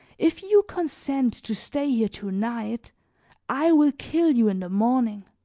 if you consent to stay here to-night i will kill you in the morning.